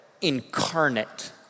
incarnate